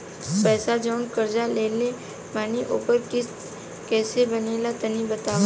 पैसा जऊन कर्जा लेले बानी ओकर किश्त कइसे बनेला तनी बताव?